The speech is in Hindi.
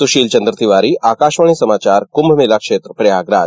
सुशील चंद्र तिवारी आकाशवाणी समाचार कुंभ मेला क्षेत्र प्रयागराज